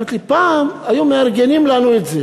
היא אומרת לי: פעם היו מארגנים לנו את זה.